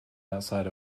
outside